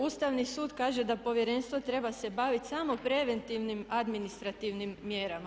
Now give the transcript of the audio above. Ustavni sud kaže da povjerenstvo treba se baviti samo preventivnim administrativnim mjerama.